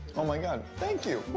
oh, my god. thank you.